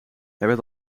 werd